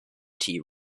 tea